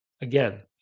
Again